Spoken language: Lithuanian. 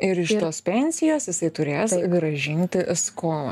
ir iš tos pensijos jisai turės grąžinti skolą